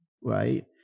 right